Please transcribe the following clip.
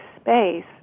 space